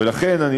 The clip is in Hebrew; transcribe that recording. ולכן,